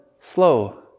Slow